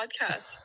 podcast